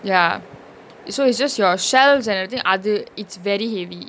ya so is just your shelves and everything அது:athu it's very heavy